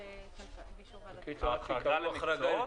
בקיצור, עד שיקבלו החרגה